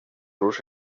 rus